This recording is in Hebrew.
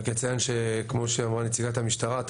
רק אציין שכמו שאמרה נציגת המשטרה,